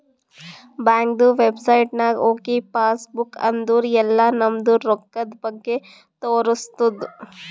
ಬ್ಯಾಂಕ್ದು ವೆಬ್ಸೈಟ್ ನಾಗ್ ಹೋಗಿ ಪಾಸ್ ಬುಕ್ ಅಂದುರ್ ಎಲ್ಲಾ ನಮ್ದು ರೊಕ್ಕಾದ್ ಬಗ್ಗೆ ತೋರಸ್ತುದ್